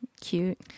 Cute